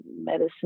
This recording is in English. medicine